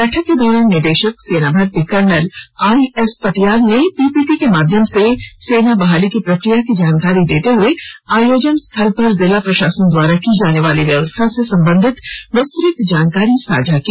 बैठक के दौरान निदेशक सेना भर्ती कर्नल आईएस पटियाल ने पीपीटी के माध्यम से सेना बहाली की प्रक्रिया की जानकारी देते हए आयोजन स्थल पर जिला प्रशासन द्वारा की जानेवाली व्यवस्था से संबंधित विस्तृत जानकारी साझा की